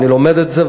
אני לומד את זה,